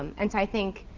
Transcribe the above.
um and so i think,